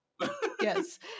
yes